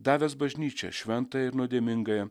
davęs bažnyčią šventą ir nuodėmingąją